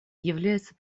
является